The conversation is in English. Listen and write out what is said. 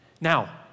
Now